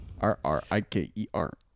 R-R-I-K-E-R